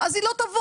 אז היא לא תבוא,